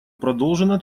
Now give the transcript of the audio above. продолжена